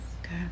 Okay